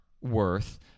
worth